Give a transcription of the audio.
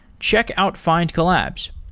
check out findcollabs.